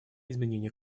изменения